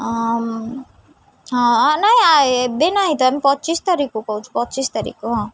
ହଁ ନାଇଁ ଏବେ ନାହିଁ ତମେ ପଚିଶି ତାରିଖକୁ କହୁଛୁ ପଚିଶି ତାରିଖକୁ ହଁ